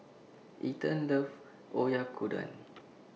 Ethen loves Oyakodon